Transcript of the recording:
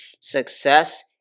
success